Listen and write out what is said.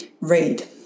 read